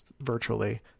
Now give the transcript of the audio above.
virtually